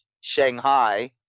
Shanghai